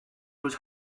was